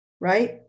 right